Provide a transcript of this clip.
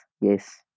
yes